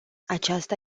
aceasta